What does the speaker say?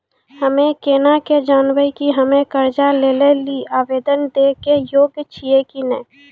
हम्मे केना के जानबै कि हम्मे कर्जा लै लेली आवेदन दै के योग्य छियै कि नै?